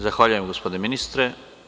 Zahvaljujem gospodine ministre.